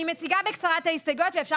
אני מציגה בקצרה את ההסתייגויות ואפשר